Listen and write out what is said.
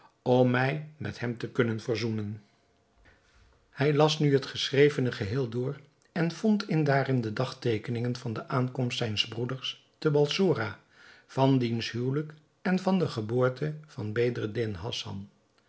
om mij met hem te kunnen verzoenen hij las nu het geschrevene geheel door en vond daarin de dagteekeningen van de aankomst zijns broeders te balsora van diens huwelijk en van de geboorte van bedreddin hassan